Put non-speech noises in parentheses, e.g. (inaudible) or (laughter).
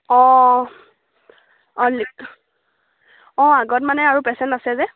অঁ অঁ (unintelligible) অঁ আগত মানে আৰু পেচেণ্ট আছে যে